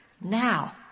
now